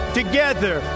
together